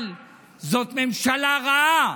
אבל זאת ממשלה רעה,